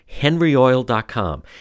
HenryOil.com